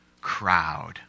crowd